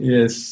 Yes